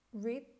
read